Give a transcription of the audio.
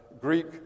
Greek